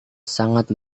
sangat